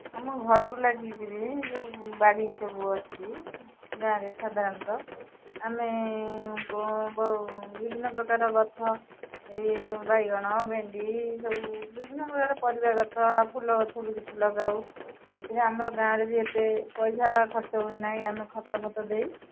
ଆମ ଘରକୁ ଲାଗିକିରି ଯେଉଁ ବାଡ଼ି ସବୁ ଅଛି ଗାଁରେ ସାଧାରଣତଃ ଆମେ ବିଭିନ୍ନପ୍ରକାର ଗଛ ଏ ବାଇଗଣ ଭେଣ୍ଡି ଏସବୁ ବିଭିନ୍ନପ୍ରକାର ପରିବା ଗଛ ଆଉ ଫୁଲ ଗଛ ବି କିଛି ଲଗାଉ ସେଥିରେ ଆମର ଗାଁରେ ବି ଏତେ ପଇସା ଖର୍ଚ୍ଚ ହୁଏ ନାହିଁ ଆମେ ଖତ ଫତ ଦେଇ